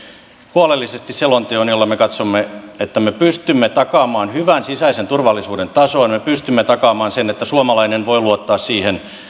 huolellisesti selonteon jolla me katsomme että me pystymme takaamaan hyvän sisäisen turvallisuuden tason me me pystymme takaamaan sen että suomalainen voi luottaa siihen